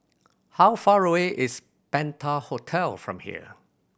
how far away is Penta Hotel from here